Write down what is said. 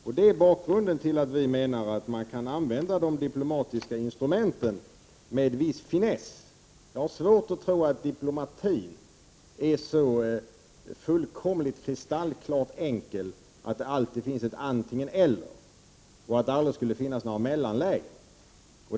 Detta är bakgrunden till att vi reservanter menar att man kan använda de diplomatiska instrumenten med viss finess. Jag har svårt att tro att diplomati är så fullkomligt, kristallklart enkel att det alltid finns ett antingen-eller och att det aldrig skulle finnas några mellanlägen.